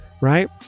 right